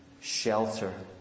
shelter